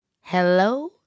hello